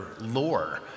lore